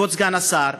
כבוד סגן השר,